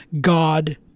god